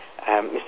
Mr